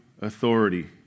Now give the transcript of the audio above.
authority